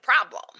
problem